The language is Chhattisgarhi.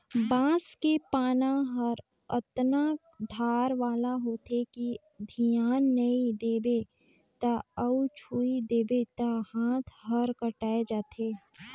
बांस के पाना हर अतना धार वाला होथे कि धियान नई देबे त अउ छूइ देबे त हात हर कटाय जाथे